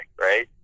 right